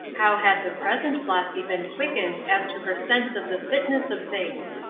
how had the present flossy been quickened as to her sense of the fitness of things.